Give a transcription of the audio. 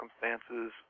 circumstances